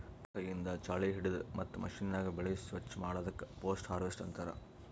ಕೈಯಿಂದ್ ಛಾಳಿ ಹಿಡದು ಮತ್ತ್ ಮಷೀನ್ಯಾಗ ಬೆಳಿ ಸ್ವಚ್ ಮಾಡದಕ್ ಪೋಸ್ಟ್ ಹಾರ್ವೆಸ್ಟ್ ಅಂತಾರ್